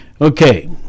Okay